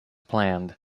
planned